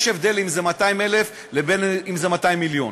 יש הבדל בין 200,000 לבין 200 מיליון.